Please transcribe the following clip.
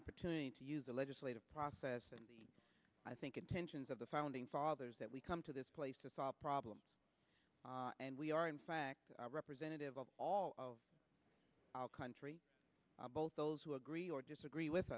opportunity to use the legislative process and i think intentions of the founding fathers that we come to this place to solve problems and we are in fact representative of all of our country both those who agree or disagree with